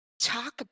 Talk